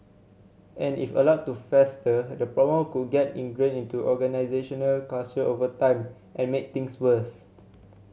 and if allowed to fester the problem could get ingrained to organisational culture over time and make things worse